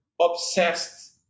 obsessed